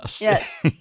Yes